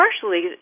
partially